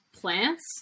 plants